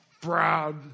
Proud